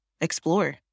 explore